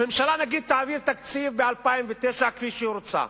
הממשלה, נגיד, תעביר תקציב ב-2009 כפי שהיא רוצה,